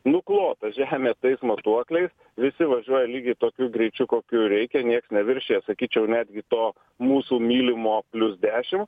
nuklotą žemė tais matuokliais visi važiuoja lygiai tokiu greičiu kokiu reikia nieks neviršija sakyčiau netgi to mūsų mylimo plius dešim